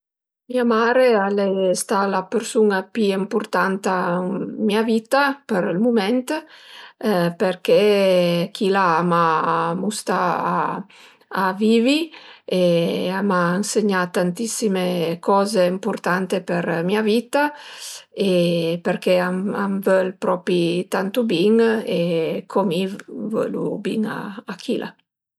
Mia mare al e stà la persun-a pi ëmpurtanta ën mia vitta për ël mument përché chila a m'a mustà a vivi e a m'a ënsegnà tantissime coze ëmpurtante për mia vitta e përché a më völ propi tantu bin e co mi völu bin a chila